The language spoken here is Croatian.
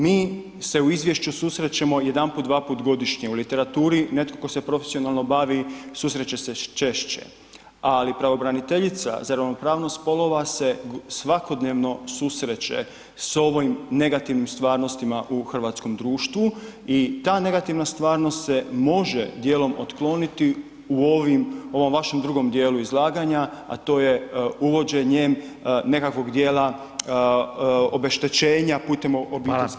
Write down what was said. Mi se u izvješću susrećemo jedanput, dvaput godišnje, u literaturi netko tko se profesionalno bavi susreće se češće, ali pravobraniteljica za ravnopravnost spolova se svakodnevno susreće s ovim negativnim stvarnostima u hrvatskom društvu i ta negativna stvarnost se može dijelom otkloniti u ovom vašem drugom dijelu izlaganja, a to je uvođenjem nekakvog dijela obeštećenja putem obiteljskih mirovina.